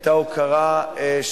חוק האופנועים,